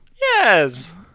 Yes